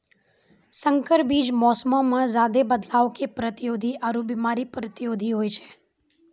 संकर बीज मौसमो मे ज्यादे बदलाव के प्रतिरोधी आरु बिमारी प्रतिरोधी होय छै